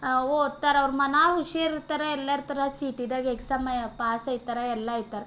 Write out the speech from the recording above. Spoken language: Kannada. ಓದ್ತಾರೆ ಅವ್ರ ಮನಾ ಇರ್ತರೆ ಎಲ್ಲರ ಥರ ಸಿ ಇ ಟಿದಾಗ ಎಕ್ಸಾಮ್ ಪಾಸಾಯ್ತರ ಎಲ್ಲ ಆಯ್ತರ